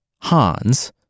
Hans